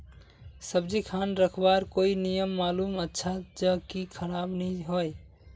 सब्जी खान रखवार कोई नियम मालूम अच्छा ज की खराब नि होय?